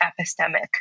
epistemic